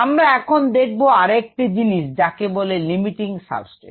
আমরা এখন দেখব আরেকটি জিনিস যাকে বলে লিমিটিং সাবস্ট্রেট